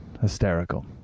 hysterical